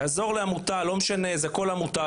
אעזור לעמותה כל עמותה,